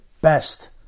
best